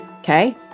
Okay